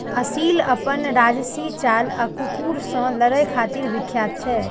असील अपन राजशी चाल आ कुकुर सं लड़ै खातिर विख्यात छै